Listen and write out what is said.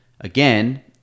again –